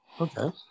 Okay